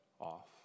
off